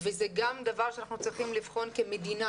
וזה גם דבר שאנחנו צריכים לבחון כמדינה,